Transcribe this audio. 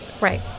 Right